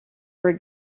were